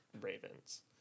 Ravens